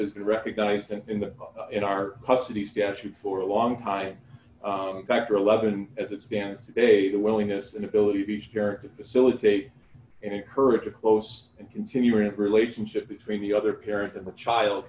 has been recognized in the in our custody statute for a long time factor eleven as it stands today the willingness and ability of each character facilitate and encourage a close and continuing relationship between the other parent and the child